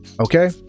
Okay